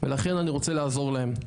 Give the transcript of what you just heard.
ולכן אני רוצה לעזור להם.